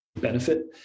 benefit